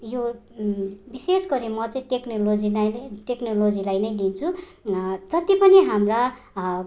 यो विशेष गरी म चाहिँ टेक्नोलोजीलाई नै टेक्नोलोजीलाई नै लिन्छु जति पनि हाम्रा